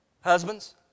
Husbands